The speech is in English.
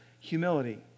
humility